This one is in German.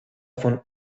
von